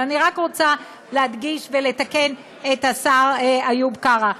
אבל אני רק רוצה להדגיש ולתקן את השר איוב קרא.